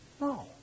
No